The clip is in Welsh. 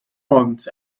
bont